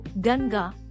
Ganga